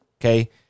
Okay